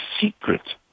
secret